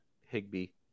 Higby